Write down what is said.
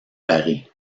paris